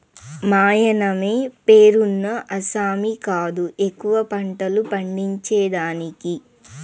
మాయన్నమే పేరున్న ఆసామి కాదు ఎక్కువ పంటలు పండించేదానికి